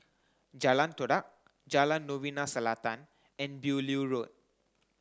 Jalan Todak Jalan Novena Selatan and Beaulieu Road